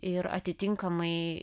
ir atitinkamai